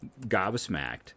gobsmacked